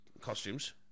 costumes